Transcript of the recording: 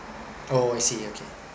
oh I see okay